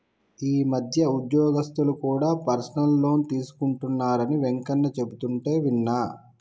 ఈ మధ్య ఉద్యోగస్తులు కూడా పర్సనల్ లోన్ తీసుకుంటున్నరని వెంకన్న చెబుతుంటే విన్నా